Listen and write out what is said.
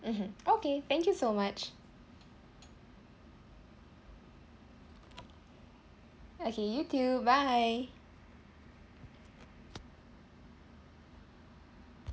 mmhmm okay thank you so much okay you too bye